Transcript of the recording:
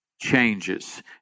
changes